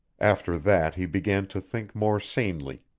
after that he began to think more sanely.